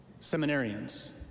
seminarians